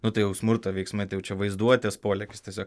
nu tai jau smurto veiksmai tai jau čia vaizduotės polėkis tiesiog